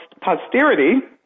posterity